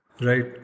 right